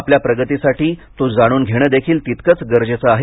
आपल्या प्रगतीसाठी तो जाणून घेणं देखील तितकंघ गरजेचं आहे